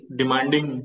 demanding।